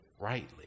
rightly